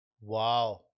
Wow